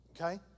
Okay